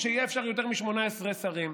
כדי שאפשר יהיה יותר מ-18 שרים.